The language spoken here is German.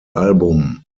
album